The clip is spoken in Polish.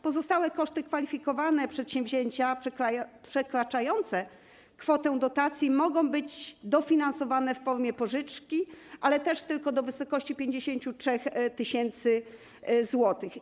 Pozostałe koszty kwalifikowane przedsięwzięcia przekraczające kwotę dotacji mogą być dofinansowane w formie pożyczki, ale też tylko do wysokości 53 tys. zł.